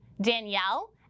Danielle